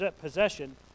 possession